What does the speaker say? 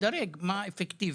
תדרג מה אפקטיבי?